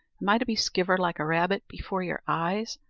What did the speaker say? am i to be skivered like a rabbit before your eyes,